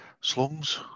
slums